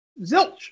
zilch